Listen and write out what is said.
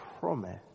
promise